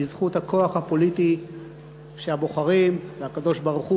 בזכות הכוח הפוליטי שהבוחרים והקדוש-ברוך-הוא